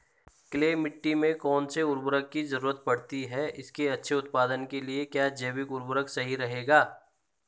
Clay मिट्टी में कौन से उर्वरक की जरूरत पड़ती है इसके अच्छे उत्पादन के लिए क्या जैविक उर्वरक सही रहेगा?